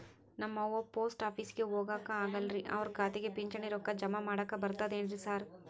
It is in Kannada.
ನಮ್ ಅವ್ವ ಪೋಸ್ಟ್ ಆಫೇಸಿಗೆ ಹೋಗಾಕ ಆಗಲ್ರಿ ಅವ್ರ್ ಖಾತೆಗೆ ಪಿಂಚಣಿ ರೊಕ್ಕ ಜಮಾ ಮಾಡಾಕ ಬರ್ತಾದೇನ್ರಿ ಸಾರ್?